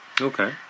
Okay